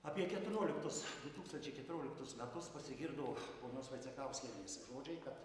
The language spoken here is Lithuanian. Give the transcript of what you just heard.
apie keturioliktus du tūkstančiai keturioliktus metus pasigirdo ponios vaicekauskienės žodžiai kad